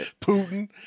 Putin